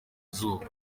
izuba